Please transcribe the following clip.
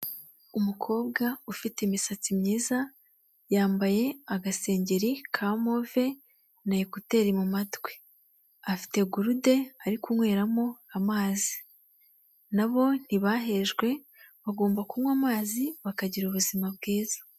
Umukobwa ufite imisatsi myiza, yambaye agasengeri ka move na ekuteri mu mumatwi, afite gorude ari kunyweramo amazi nabo ntibahejwe bagomba kunywa amazi bakagira ubuzima bwiza.